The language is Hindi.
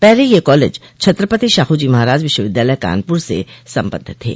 पहले यह कॉलेज छत्रपति शाहू जी महाराज विश्वविद्यालय कानपुर से संबद्ध थे